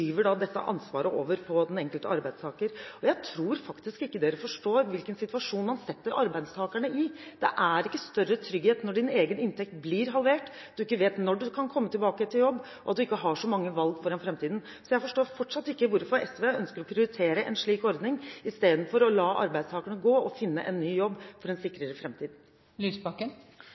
da skyver dette ansvaret over på den enkelte arbeidstaker. Jeg tror faktisk ikke man forstår hvilken situasjon man setter arbeidstakerne i. Det er ikke større trygghet når din egen inntekt blir halvert, når du ikke vet når du kan komme tilbake til jobb, og når du ikke har så mange valg for framtiden. Jeg forstår fortsatt ikke hvorfor SV ønsker å prioritere en slik ordning istedenfor å la arbeidstakerne gå og finne en ny jobb for en sikrere